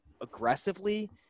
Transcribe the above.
aggressively